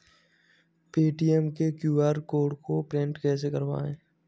Paytm के QR code को print कैसे करवाएँ?